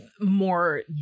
more